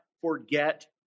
forget